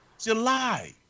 July